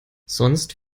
sonst